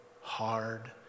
hard